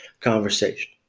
conversation